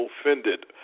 offended